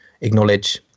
acknowledge